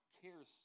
cares